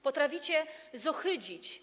Potraficie zohydzić.